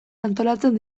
antolatzen